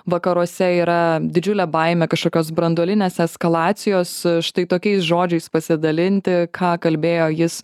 vakaruose yra didžiulė baimė kažkokios branduolinės eskalacijos štai tokiais žodžiais pasidalinti ką kalbėjo jis